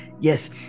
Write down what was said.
Yes